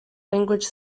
language